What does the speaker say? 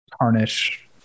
tarnish